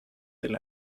del